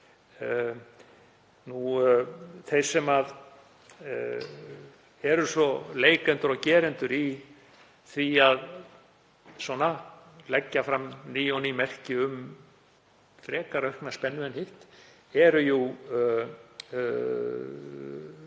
Þeir sem eru leikendur og gerendur í því að leggja fram ný og ný merki um frekar aukna spennu en hitt eru